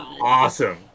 awesome